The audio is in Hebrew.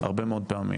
הרבה מאוד פעמים,